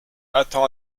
attends